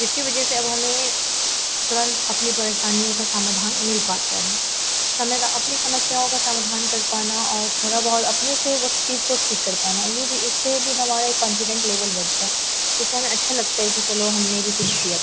जिसकी वज़ह से अब हमें तुरन्त अपनी परेशानियों का समाधान मिल पाता है समय दा अपनी समस्याओं का समाधान कर पाना और थोड़ा बहुत अपने उस चीज़ को ठीक कर पाना यह भी इससे भी हमारा एक कॉन्फिडेन्स लेवल बढ़ता है जिससे हमें अच्छा लगता है कि चलो हमने भी कुछ किया